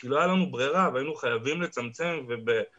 כי לא הייתה לנו ברירה והיינו חייבים לצמצם ובלב